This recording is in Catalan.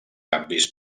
canvis